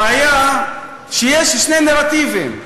הבעיה היא שיש שני נרטיבים,